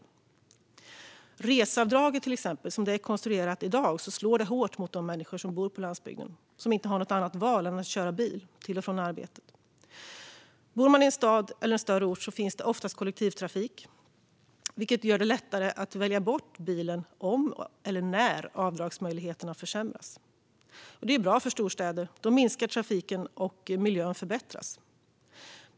Så som reseavdraget är konstruerat i dag slår det hårt mot de människor som bor på landsbygden och som inte har något annat val än att köra bil till och från arbetet. Om man bor i en stad eller på en större ort finns det oftast kollektivtrafik, vilket gör det lättare att välja bort bilen om eller när avdragsmöjligheterna försämras. Detta är bra för storstäder, för då minskar biltrafiken och miljön förbättras.